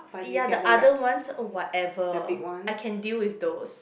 ya the other ones oh whatever I can deal with those